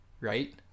right